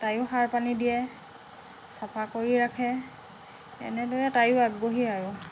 তায়ো সাৰ পানী দিয়ে চাফা কৰি ৰাখে এনেদৰে তায়ো আগ্ৰহী আৰু